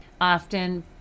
often